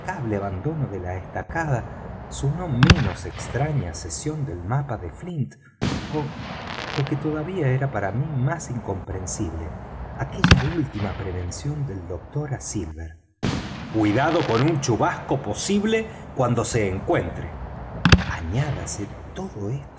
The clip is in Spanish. inexplicable abandono de la estacada su no menos extraña cesión del mapa de flint ó lo que todavía era para mí más incomprensible aquella última prevención del doctor á silver cuidado con un chubasco posible cuando se encuentre añádase todo esto